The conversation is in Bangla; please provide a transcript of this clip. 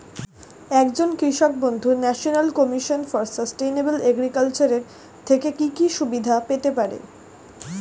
একজন কৃষক বন্ধু national commission for sustainable agriculture এর থেকে কি কি সুবিধা পেতে পারে?